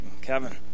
Kevin